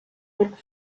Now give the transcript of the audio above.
porque